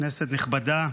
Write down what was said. כנסת נכבדה,